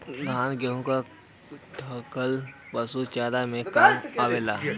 धान, गेंहू क डंठल पशु चारा में काम आवेला